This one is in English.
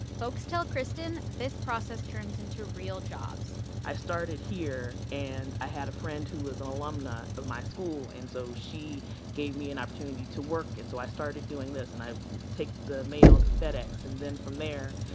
folks tell kristen this process turns into real jobs i started here, and i had a friend who was an alumna of my school and so she gave me an opportunity to work, and so i started doing this and i would take the mail to fedex. and then from there,